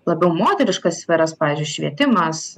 labiau moteriškas sferas pavyzdžiui švietimas